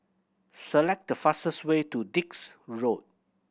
select the fastest way to Dix Road